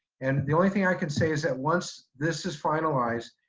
and the only thing i can say is that once this is finalized,